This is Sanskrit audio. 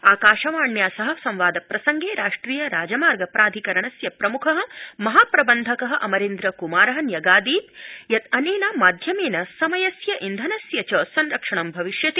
आकाशवाण्या सह संवाद प्रसंगे राष्ट्रिय राजमार्ग प्राधिकरणस्य प्रम्ख महाप्रबन्धक अमरेन्द्रर कुमार न्यगादीद यत् अनेन माध्यमेन समयस्य इन्धनस्य च संरक्षणं भविष्यति